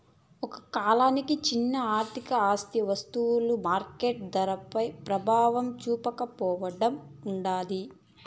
ఒక కాలానికి చిన్న ఆర్థిక ఆస్తి వస్తువులు మార్కెట్ ధరపై ప్రభావం చూపకపోవడం ఉంటాది